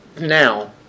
now